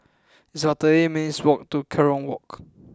it's about thirty eight minutes' walk to Kerong Walk